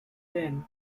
then